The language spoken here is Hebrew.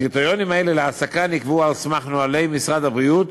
הקריטריונים האלה להעסקה נקבעו על סמך נוהלי משרד הבריאות,